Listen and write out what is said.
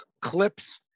clips